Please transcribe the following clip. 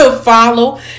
follow